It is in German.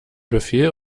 befehl